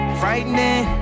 frightening